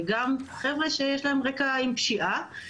וגם חבר'ה שיש להם רקע עם פשיעה,